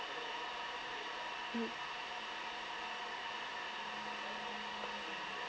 mm